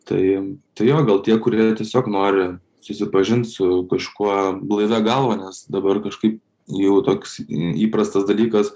tai tai jo gal tie kurie tiesiog nori susipažint su kažkuo blaivia galva nes dabar kažkaip jau toks įprastas dalykas